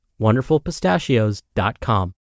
wonderfulpistachios.com